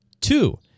Two